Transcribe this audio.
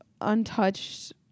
untouched